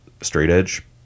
straight-edge